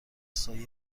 سایه